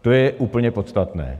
To je úplně podstatné.